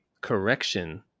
correction